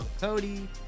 cody